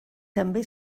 també